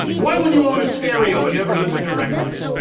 why would you own a stereo and never listen to records?